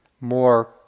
more